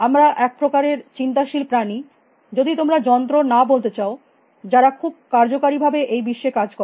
আমরা এক প্রকারের চিন্তাশীল প্রাণী যদি তোমরা যন্ত্র না বলতে চাও যারা খুব কার্যকরীভাবে এই বিশ্বে কাজ করে